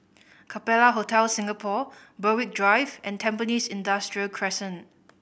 Capella Hotel Singapore Berwick Drive and Tampines Industrial Crescent